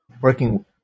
working